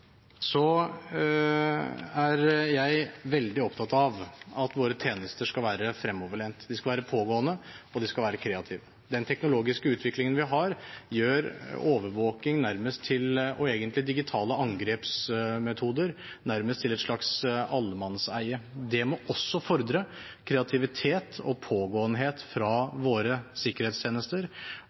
Så er jeg veldig opptatt av at våre tjenester skal være fremoverlent. De skal være pågående, og de skal være kreative. Den teknologiske utviklingen vi har, gjør overvåking – og egentlig digitale angrepsmetoder – nærmest til et slags allemannseie. Det må også fordre kreativitet og pågåenhet fra våre sikkerhetstjenester.